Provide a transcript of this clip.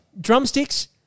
drumsticks